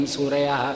Suraya